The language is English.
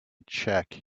check